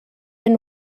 and